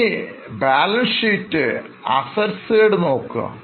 ഇനി balance sheet Asset Sideനോക്കുക